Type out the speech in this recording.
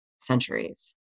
centuries